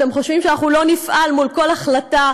אתם חושבים שאנחנו לא נפעל מול כל החלטה,